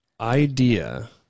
idea